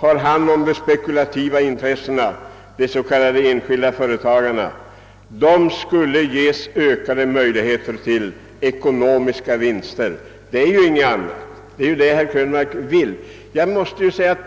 företräder de spekulativa intressena, de s.k. enskilda företagarna, skulle ges ökade möjligheter till ekonomiska vinster — någonting annat vill herr Krönmark inte.